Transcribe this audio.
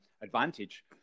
advantage